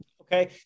Okay